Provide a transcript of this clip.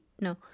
no